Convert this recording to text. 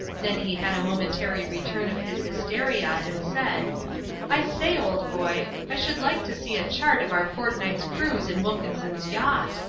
then he had a momentary return of his hysteria and said i say, old boy, i should like to see a chart of our fortnight's cruise in wilkinson's yacht.